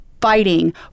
fighting